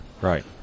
Right